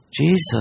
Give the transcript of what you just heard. Jesus